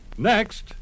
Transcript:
Next